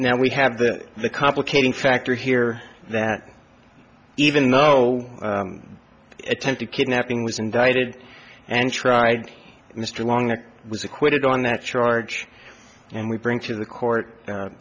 now we have that the complicating factor here that even though no attempted kidnapping was indicted and tried mr long and was acquitted on that charge and we bring to the court